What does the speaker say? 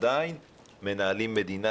עדיין מנהלים מדינה,